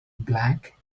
black